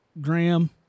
Graham